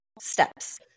steps